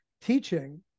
teaching